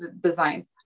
design